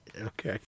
Okay